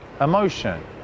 emotion